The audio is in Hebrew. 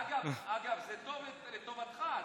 אגב, זה לטובתך.